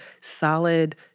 solid